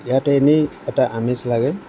ইয়াত এনেই এটা আমেজ লাগে